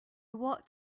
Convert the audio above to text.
walked